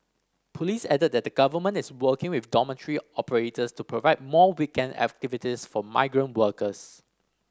police added that the Government is working with dormitory operators to provide more weekend activities for migrant workers